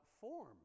form